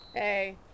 Hey